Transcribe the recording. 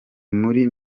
muri